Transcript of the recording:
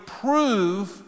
prove